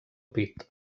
pit